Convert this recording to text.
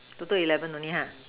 total eleven only ha